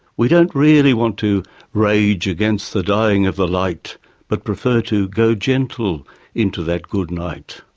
we don't really want to rage against the dying of the light but prefer to go gentle into that good night.